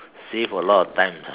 save a lot of times ah